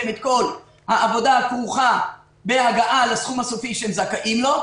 את כל העבודה הכרוכה בהגעה לסכום הסופי שהם זכאים לו,